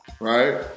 right